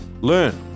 learn